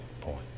point